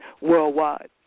worldwide